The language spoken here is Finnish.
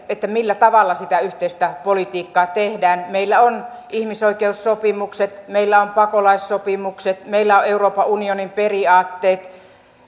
millä tavalla sitä yhteistä politiikkaa tehdään meillä on ihmisoikeussopimukset meillä on pakolaissopimukset meillä on euroopan unionin periaatteet